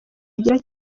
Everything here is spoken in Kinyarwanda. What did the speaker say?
agira